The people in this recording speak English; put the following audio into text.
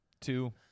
Two